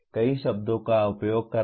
कई शब्दों का उपयोग करना